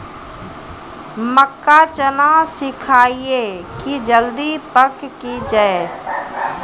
मक्का चना सिखाइए कि जल्दी पक की जय?